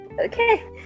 Okay